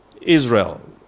Israel